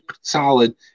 solid